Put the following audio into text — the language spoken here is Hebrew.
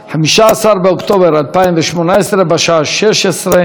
בשעה 16:00. ישיבה זו נעולה.